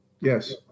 Yes